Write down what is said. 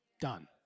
done